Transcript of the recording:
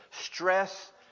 stress